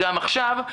גם עכשיו.